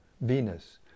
Venus